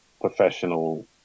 professional